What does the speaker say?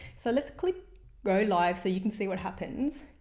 so let's click go live so you can see what happens.